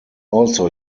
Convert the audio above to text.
also